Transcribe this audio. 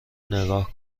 نگاه